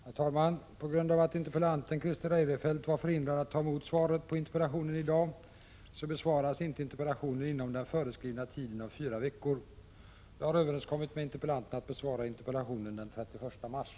Herr talman! På grund av att interpellanten Christer Eirefelt är förhindrad att ta emot svaret på interpellationen i dag så besvaras interpellationen inte inom den föreskrivna tiden av fyra veckor. Jag har överenskommit med interpellanten att besvara interpellationen den 31 mars.